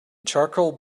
charcoal